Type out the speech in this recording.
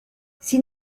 s’il